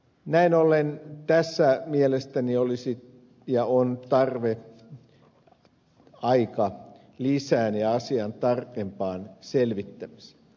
näin ollen tässä mielestäni olisi ja on tarve aikalisään ja asian tarkempaan selvittämiseen